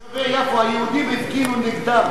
אני שמח שתושבי יפו היהודים הפגינו נגדם,